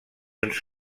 uns